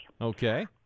Okay